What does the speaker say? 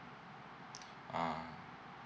ah